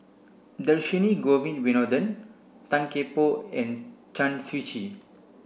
Dhershini Govin Winodan Tan Kian Por and Chen Shiji